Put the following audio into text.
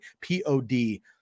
P-O-D